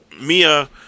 Mia